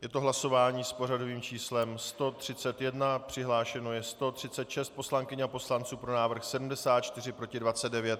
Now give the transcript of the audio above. Je to hlasování s pořadovým číslem 131, přihlášeno je 136 poslankyň a poslanců, pro návrh 74, proti 29.